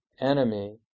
enemy